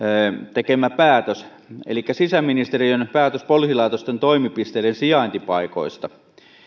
tekemä päätös elikkä sisäministeriön päätös poliisilaitosten toimipisteiden sijaintipaikoista